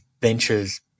ventures